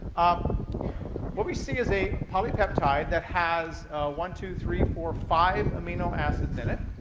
um what we see is a polypeptide that has one, two, three, four, five amino acids in it.